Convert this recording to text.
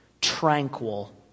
tranquil